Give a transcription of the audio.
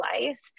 life